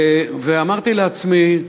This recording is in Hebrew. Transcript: ואמרתי לעצמי,